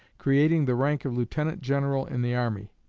creating the rank of lieutenant-general in the army.